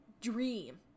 dream